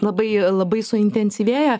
labai labai suintensyvėjo